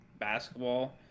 Basketball